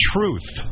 Truth